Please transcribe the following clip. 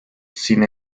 sin